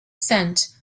scent